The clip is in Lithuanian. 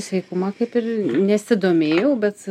sveikumą kaip ir nesidomėjau bet